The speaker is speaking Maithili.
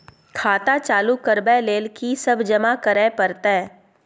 खाता चालू करबै लेल की सब जमा करै परतै?